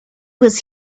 was